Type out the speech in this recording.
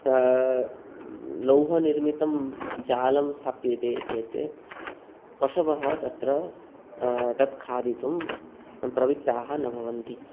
सा लोहनिर्मितं जालं स्थाप्यते चेत् पशवः तत्र तत् खादितुं प्रवित्ताः न भवन्ति